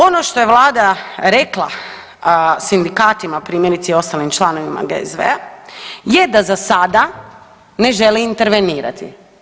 Ono što je Vlada rekla sindikatima primjerice i ostalim članicama GSV-a je da za sada ne želi intervenirati.